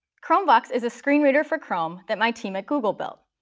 chromevox is a screen reader for chrome that my team at google built.